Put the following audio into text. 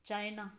China